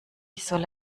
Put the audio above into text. soll